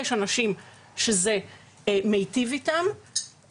יש אנשים שזה מיטיב איתם,